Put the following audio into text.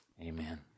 amen